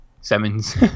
Simmons